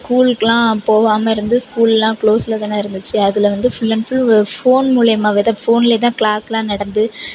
ஸ்கூலுக்கெல்லாம் போகாமல் இருந்து ஸ்கூலாம் க்ளாஸில் தானே இருந்துச்சு அதில் வந்து ஃபுல் அண்ட் ஃபுல் ஃபோன் மூலியமாக தான் ஃபோன்லேயே தான் க்ளாஸ்லாம் நடந்து